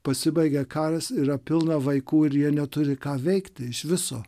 pasibaigia karas ir yra pilna vaikų ir jie neturi ką veikti iš viso